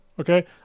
Okay